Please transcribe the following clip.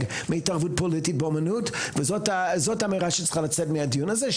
מהתערבות פוליטית באמנות וזאת אמירה שצריכה לצאת מהדיון הזה,